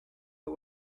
but